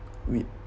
we